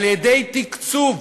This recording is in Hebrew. על-ידי תקצוב.